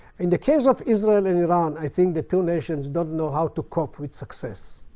in the case of israel and iran, i think the two nations don't know how to cope with success.